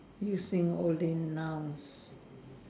using only nouns